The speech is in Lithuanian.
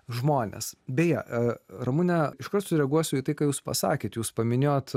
žmones beje ramunę iškart sureaguosiu į tai ką jūs pasakėte jūs paminėjote